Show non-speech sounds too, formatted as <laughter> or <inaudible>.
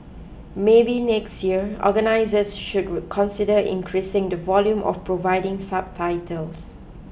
maybe next year organisers should <noise> consider increasing the volume of providing subtitles